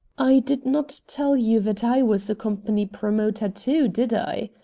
i did not tell you that i was a company promoter, too, did i?